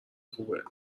خوبه